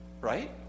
right